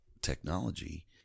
technology